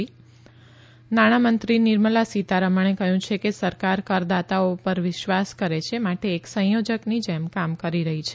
ત નાણામંત્રી નિર્મલા સીતારમણે કહ્યું છે કે સરકાર કરદાતાઓ પર વિશ્વાસ કરે છે માટે એક સંયોજકની જેમ કામ કરી રહી છે